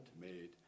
made